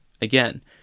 Again